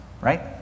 right